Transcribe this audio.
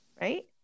Right